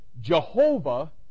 Jehovah